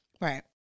Right